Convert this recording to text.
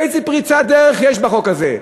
איזו פריצת דרך יש בחוק הזה.